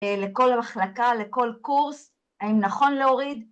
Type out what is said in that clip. ‫לכל המחלקה, לכל קורס. ‫האם נכון להוריד?